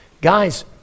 Guys